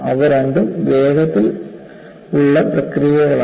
അവ രണ്ടും വേഗത്തിലുള്ള പ്രക്രിയകളാണ്